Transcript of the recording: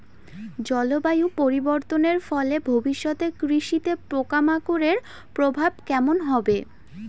জলবায়ু পরিবর্তনের ফলে ভবিষ্যতে কৃষিতে পোকামাকড়ের প্রভাব কেমন হবে?